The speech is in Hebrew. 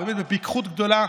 באמת בפיקחות גדולה,